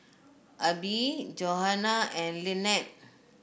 Abie Johannah and Lynnette